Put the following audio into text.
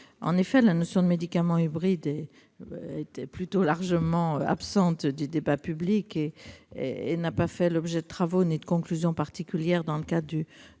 La notion de médicament hybride est en effet largement absente du débat public et n'a pas fait l'objet de travaux ni de conclusions particulières dans le cadre du